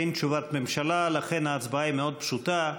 אין תשובת ממשלה, לכן ההצבעה היא מאוד פשוטה.